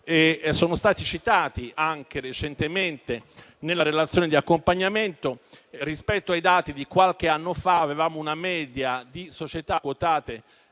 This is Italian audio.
sono stati citati anche recentemente nella relazione di accompagnamento. Rispetto ai dati di qualche anno fa, avevamo una media di quattro società quotate